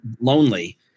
lonely